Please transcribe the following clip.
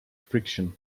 friction